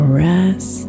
rest